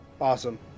awesome